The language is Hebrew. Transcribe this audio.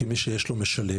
כי מי שיש לו משלם,